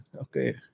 okay